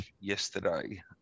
yesterday